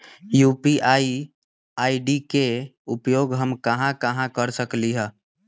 UPI ID के उपयोग हम कहां कहां कर सकली ह?